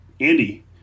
Andy